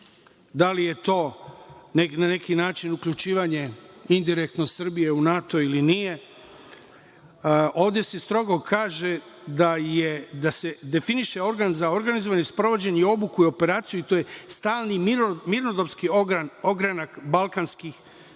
da li je to na neki način uključivanje, indirektno, Srbije u NATO ili nije. Ovde se strogo kaže - da se definiše organ za organizovanje i sprovođenje, obuku i operaciju i to je stalni mirnodopski ogranak balkanskih,